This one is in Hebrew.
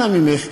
אנא ממך,